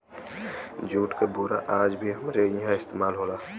jute क बोरा आज भी हमरे इहां इस्तेमाल होला